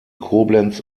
koblenz